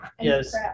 yes